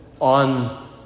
on